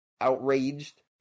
outraged